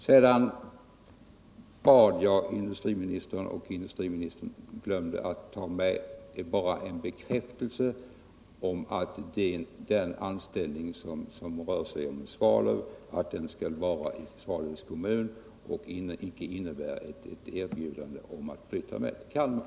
Sedan bad jag industriministern om en bekräftelse — och industriministern glömde att ge den — på att de anställningar som det rör sig om skall ske i Svalövs kommun och inte innebära ett erbjudande om att följa med till Kalmar.